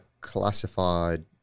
classified